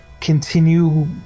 continue